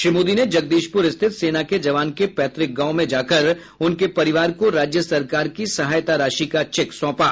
श्री मोदी ने जगदीशपुर स्थित सेना के जवान के पैतृक गांव में जाकर उनके परिवार को राज्य सरकार की सहायता राशि का चेक सौंपा